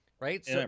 Right